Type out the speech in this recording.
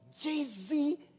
Jay-Z